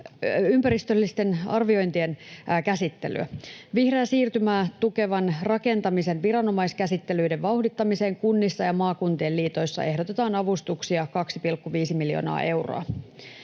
ympäristöllisten arviointien käsittelyä. Vihreää siirtymää tukevan rakentamisen viranomaiskäsittelyiden vauhdittamiseen kunnissa ja maakuntien liitoissa ehdotetaan avustuksia 2,5 miljoonaa euroa.